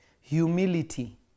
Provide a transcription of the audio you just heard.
humility